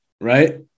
Right